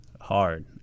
hard